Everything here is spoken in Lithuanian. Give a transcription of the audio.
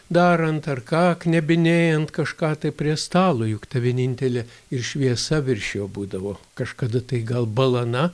darant ar ką knebinėjant kažką tai prie stalo juk ta vienintelė ir šviesa virš jo būdavo kažkada tai gal balana